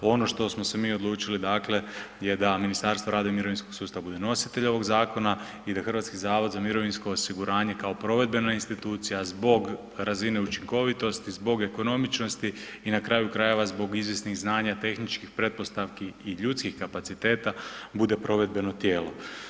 Ono što smo se mi odlučili, dakle je da Ministarstvo rada i mirovinskog sustava bude nositelj ovog zakona i da HZMO kao provedbena institucija zbog razine učinkovitosti, zbog ekonomičnosti i na kraju krajeva zbog izvjesnih znanja, tehničkih pretpostavki i ljudskih kapaciteta bude provedbeno tijelo.